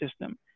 system